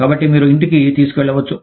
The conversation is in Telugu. కాబట్టి మీరు ఇంటికి తీసుకెళ్లవచ్చు